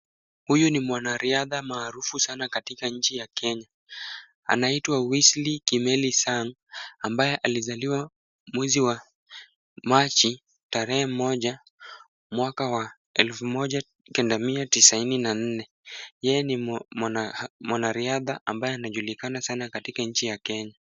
Huyu ni mwanariadha maarufu sana katika nchi ya Kenya. Anaitwa Wesley Kimeli Sang ambaye alizaliwa mwezi wa machi tarehe moja mwaka wa elfu moja kenda mia tisaini na nne. Yeye ni mwanariadha ambaye anajulikana sana katika nchi ya Kenya.